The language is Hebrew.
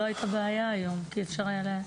לא הייתה בעיה כי אפשר היה,